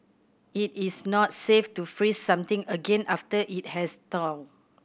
it is not safe to freeze something again after it has thawed